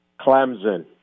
Clemson